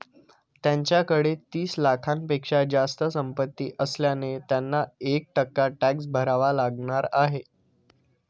त्यांच्याकडे तीस लाखांपेक्षा जास्त संपत्ती असल्याने त्यांना एक टक्का टॅक्स भरावा लागणार आहे